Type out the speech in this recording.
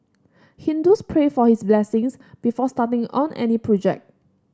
Hindus pray for his blessings before starting on any project